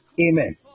Amen